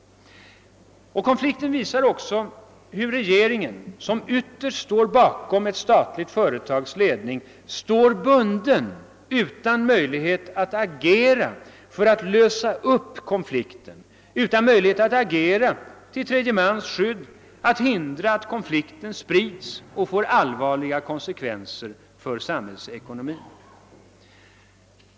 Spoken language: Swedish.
Konflikten visar också hur regeringen, som ytterst står bakom ett statligt företags ledning, står bunden utan möjlighet att agera för att lösa konflikten, utan möjlighet att agera till tredje mans skydd, att hindra att konflikten sprids och får allvarliga konsekvenser för samhällsekonomin.